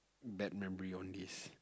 bad memory on this